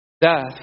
death